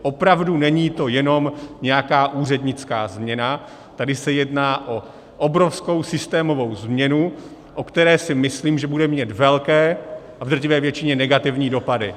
Opravdu, není to jenom nějaká úřednická změna, tady se jedná o obrovskou systémovou změnu, o které si myslím, že bude mít velké a v drtivé většině negativní dopady.